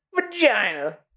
vagina